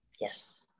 yes